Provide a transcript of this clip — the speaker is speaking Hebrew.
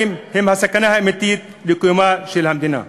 הם הסכנה האמיתית לקיומה של המדינה.